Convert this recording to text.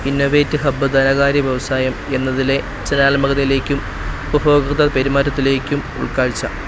innovate hub ധനകാര്യ വ്യവസായം എന്നതിലെ ചലനാത്മകതയിലേക്കും ഉപഭോക്തൃ പെരുമാറ്റത്തിലേക്കും ഉൾക്കാഴ്ച